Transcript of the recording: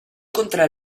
contra